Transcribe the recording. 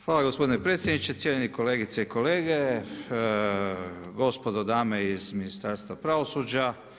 Hvala gospodine predsjedniče, cijenjene kolegice i kolege, gospodo dame iz Ministarstva pravosuđa.